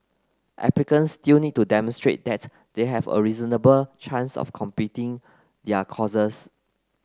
applicants still need to demonstrate that they have a reasonable chance of completing their courses